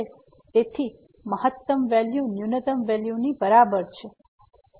તેથી મહત્તમ વેલ્યુ ન્યૂનતમ વેલ્યુની બરાબર છે